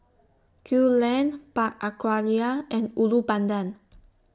Kew Lane Park Aquaria and Ulu Pandan